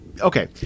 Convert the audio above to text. Okay